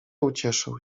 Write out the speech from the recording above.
ucieszył